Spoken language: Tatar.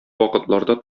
вакытларда